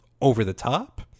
over-the-top